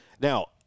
Now